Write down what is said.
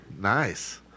Nice